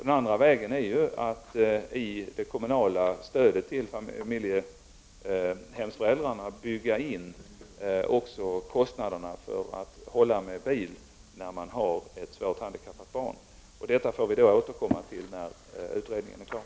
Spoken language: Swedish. Den andra vägen är att i det kommunala stödet till familjehemsföräldrarna bygga in också kostnaderna för att hålla med bil när man har ett svårt handikappat barn. Detta får vi alltså återkomma till när utredningen är klar.